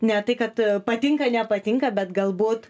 ne tai kad patinka nepatinka bet galbūt